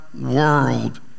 world